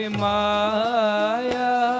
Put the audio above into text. maya